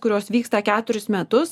kurios vyksta keturis metus